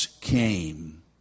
came